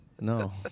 No